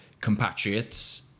compatriots